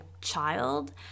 child